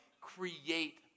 create